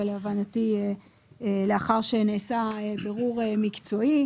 להבנתי לאחר שנעשה בירור מקצועי,